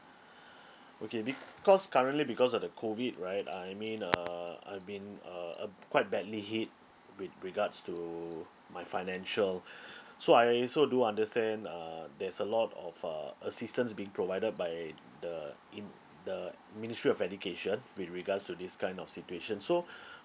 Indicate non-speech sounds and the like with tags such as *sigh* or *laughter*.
okay because currently because of the COVID right I I mean uh uh I've been uh uh b~ quite badly hit with regards to my financial *breath* so I also do understand uh there's a lot of uh assistance being provided by the in the ministry of education with regards to this kind of situation so